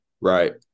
Right